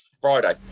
Friday